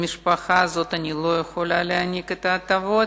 למשפחה הזאת אני לא יכולה להעניק את ההטבות,